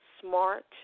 Smart